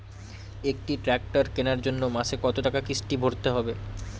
একটি ট্র্যাক্টর কেনার জন্য মাসে কত টাকা কিস্তি ভরতে হবে?